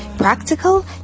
Practical